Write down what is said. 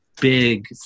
big